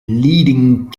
leading